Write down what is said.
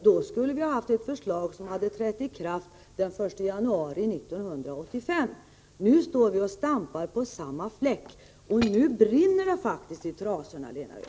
Då skulle vi ha haft ett förslag som trätt i kraft den 1 januari 1985. Nu står vi och stampar på samma fläck, och nu brinner det faktiskt i trasorna, Lena Öhrsvik.